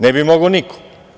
Ne bi mogao niko.